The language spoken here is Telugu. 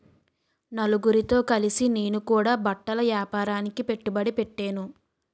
నలుగురితో కలిసి నేను కూడా బట్టల ఏపారానికి పెట్టుబడి పెట్టేను